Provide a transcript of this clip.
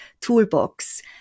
toolbox